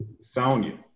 Sonya